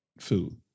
food